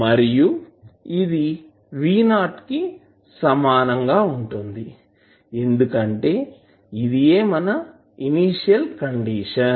మరియు ఇది V0 కి సమానంగా ఉంటుంది ఎందుకంటే ఇది మన ఇనీషియల్ కండిషన్